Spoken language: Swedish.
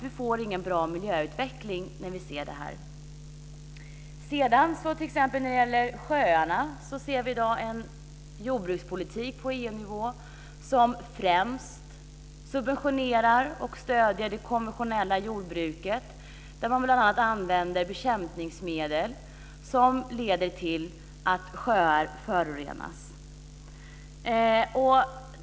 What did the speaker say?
Vi får ingen bra miljöutveckling på grund av detta. När det gäller sjöarna ser vi i dag en jordbrukspolitik på EU-nivå som främst subventionerar och stöder det konventionella jordbruket där man bl.a. använder bekämpningsmedel som leder till att sjöar förorenas.